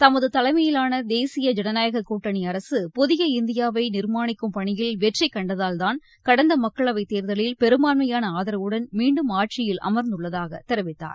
தமது தலைமையிலான தேசிய ஜனநாயக கூட்டணி அரக புதிய இந்தியாவை நிர்மாணிக்கும் பணியில் வெற்றி கண்டதால்தான் கடந்த மக்களவைத் தேர்தலில் பெரும்பான்மையான ஆதரவுடன் மீண்டும் ஆட்சியில் அமர்ந்துள்ளதாக தெரிவித்தார்